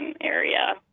area